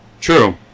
True